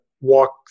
walk